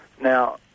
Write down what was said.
now